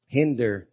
hinder